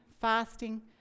fasting